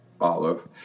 olive